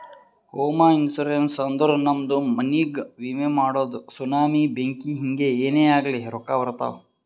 ಹೋಮ ಇನ್ಸೂರೆನ್ಸ್ ಅಂದುರ್ ನಮ್ದು ಮನಿಗ್ಗ ವಿಮೆ ಮಾಡದು ಸುನಾಮಿ, ಬೆಂಕಿ ಹಿಂಗೆ ಏನೇ ಆಗ್ಲಿ ರೊಕ್ಕಾ ಬರ್ತಾವ್